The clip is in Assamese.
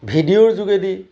ভিডিঅ'ৰ যোগেদি